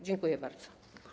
Dziękuję bardzo.